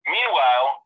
Meanwhile